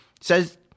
says